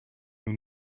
nous